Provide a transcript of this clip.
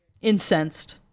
Incensed